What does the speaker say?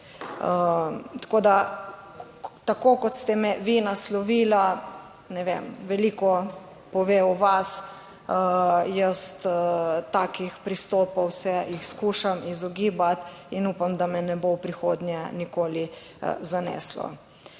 tako kot ste me vi naslovila, ne vem, veliko pove o vas. Jaz takih pristopov se jih skušam izogibati in upam, da me ne bo v prihodnje nikoli zaneslo.